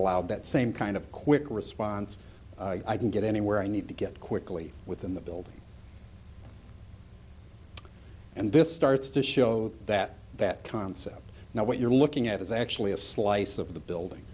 allowed that same kind of quick response i can get anywhere i need to get quickly within the building and this starts to show that that concept now what you're looking at is actually a slice of the